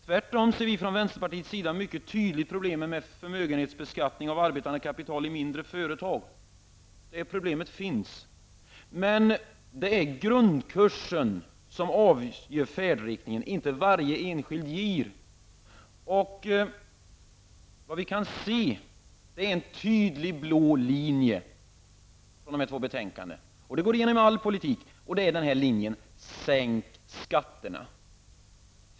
Tvärtom ser vi i vänsterpartiet mycket tydligt problemen med förmögenhetsbeskattning av arbetande kapital i mindre företag. Det problemet finns. Men det är grundkursen som avgör färdriktningen och inte varje enskild gir. Vi kan se en tydlig blå linje mellan dessa två betänkanden, och den går igen i all politik. Det är linjen: Sänk skatterna.